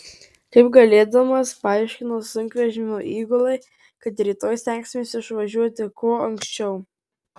kaip galėdamas paaiškinau sunkvežimio įgulai kad rytoj stengsimės išvažiuoti kuo anksčiau